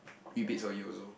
rebates for you also